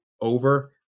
over